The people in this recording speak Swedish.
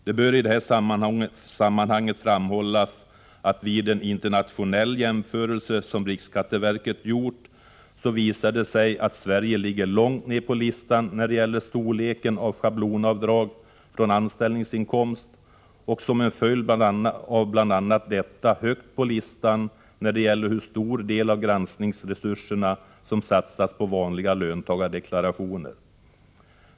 Det bör i det här sammanhanget framhållas att vid en internationell jämförelse, som riksskatteverket gjort, visar det sig att Sverige ligger långt ner på listan när det gäller storleken av schablonavdrag från anställningsinkomst, och som en följd av bl.a. detta högt på listan när det gäller den andel av granskningsresurserna som satsas på vanliga löntagardeklarationer.